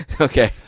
okay